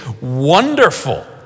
wonderful